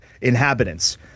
inhabitants